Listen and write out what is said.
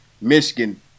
Michigan